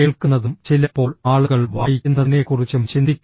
കേൾക്കുന്നതും ചിലപ്പോൾ ആളുകൾ വായിക്കുന്നതിനെക്കുറിച്ചും ചിന്തിക്കുന്നു